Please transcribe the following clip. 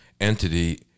entity